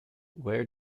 where